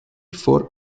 for